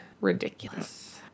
ridiculous